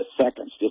seconds